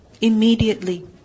Immediately